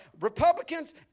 Republicans